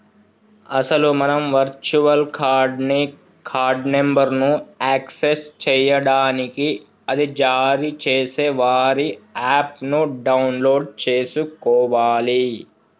అసలు మనం virtual card ని కార్డు నెంబర్ను యాక్సెస్ చేయడానికి అది జారీ చేసే వారి యాప్ ను డౌన్లోడ్ చేసుకోవాలి